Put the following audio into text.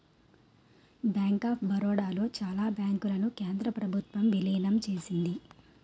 bank of Baroda లో చాలా బ్యాంకులను కేంద్ర ప్రభుత్వం విలీనం చేసింది